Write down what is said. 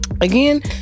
again